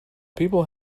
people